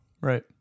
right